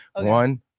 One